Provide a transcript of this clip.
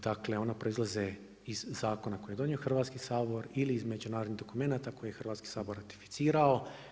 Dakle, ona proizlaze iz zakona koje je donio Hrvatski sabor ili iz međunarodnih dokumenata koje je Hrvatski sabor ratificirao.